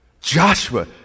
Joshua